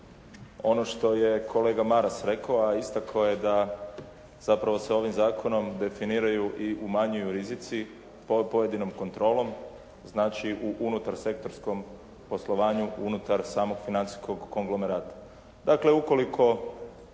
ono što je kolega Maras rekao, a istako je da se zapravo ovim zakonom definiraju i umanjuju rizici ovom pojedinom kontrolom. Znači u unutar sektorskom poslovanju unutar samog financijskog konglomerata.